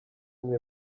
mwe